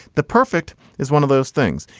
the perfect is one of those things.